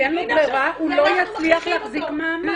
כי אין לו ברירה, הוא לא יצליח להחזיק מעמד.